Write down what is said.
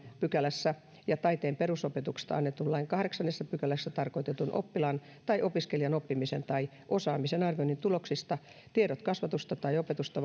pykälässä ja taiteen perusopetuksesta annetun lain kahdeksannessa pykälässä tarkoitetun oppilaan tai opiskelijan oppimisen tai osaamisen arvioinnin tuloksista tiedot kasvatusta tai opetusta